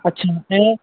अच्छा ऐं